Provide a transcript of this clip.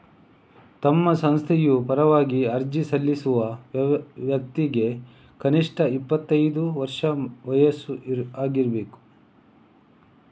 ತಮ್ಮ ಸಂಸ್ಥೆಯ ಪರವಾಗಿ ಅರ್ಜಿ ಸಲ್ಲಿಸುವ ವ್ಯಕ್ತಿಗೆ ಕನಿಷ್ಠ ಇಪ್ಪತ್ತೈದು ವರ್ಷ ವಯಸ್ಸು ಆಗಿರ್ಬೇಕು